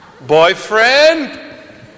boyfriend